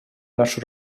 нашу